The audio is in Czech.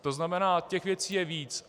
To znamená, že těch věcí je víc.